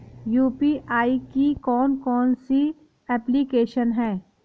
UPI की कौन कौन सी एप्लिकेशन हैं?